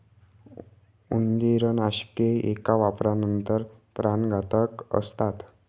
उंदीरनाशके एका वापरानंतर प्राणघातक असतात